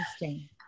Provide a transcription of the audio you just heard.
interesting